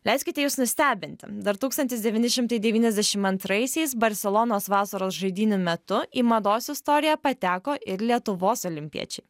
leiskite jus nustebinti dar tūkstantis devyni šimtai devyniasdešim antraisiais barselonos vasaros žaidynių metu į mados istoriją pateko ir lietuvos olimpiečiai